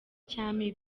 cyami